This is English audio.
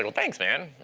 and thanks, man.